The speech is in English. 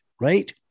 right